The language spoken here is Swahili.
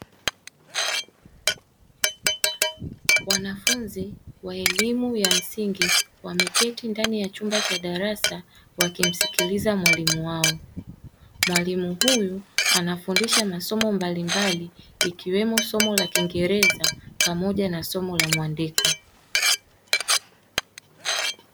Wanafunzi wa elimu ya msingi wameketi ndani ya chumba cha darasa wakimsikiliza mwalimu wao. Mwalimu huyu anafundisha masomo mbalimbali ikiwemo somo la kiingereza pamoja na somo la mwandiko.